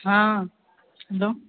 हँ हेलो